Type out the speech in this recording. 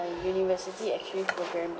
my university exchange program